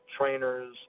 trainers